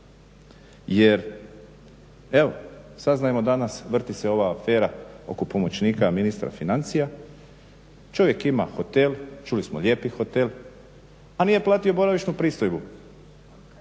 Jer evo, saznajemo danas, vrti se ova afera oko pomoćnika ministra financija, čovjek ima hotel, čuli smo lijepi hotel a nije platio boravišnu pristojbu.